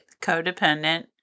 Codependent